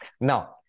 Now